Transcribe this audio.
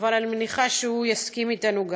אבל אני מניחה שהוא יסכים אתנו.